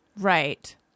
Right